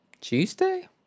Tuesday